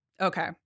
Okay